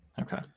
Okay